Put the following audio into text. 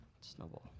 Snowball